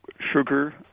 sugar